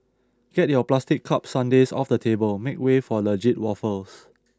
get your plastic cup sundaes off the table make way for legit waffles